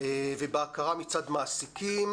ובהכרה מצד מעסיקים,